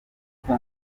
kuko